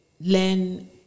learn